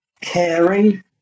caring